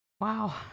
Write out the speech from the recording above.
Wow